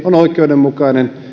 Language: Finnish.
on oikeudenmukainen